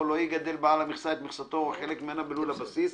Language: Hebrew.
לא יגדל בעל המכסה את מכסתו או חלק ממנה בלול הבסיס,